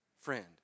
friend